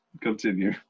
Continue